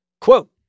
Quote